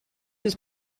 his